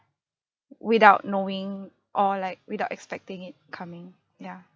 without knowing or like without expecting it coming ya